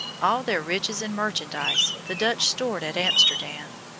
all their riches and merchandise the dutch stored at amsterdam.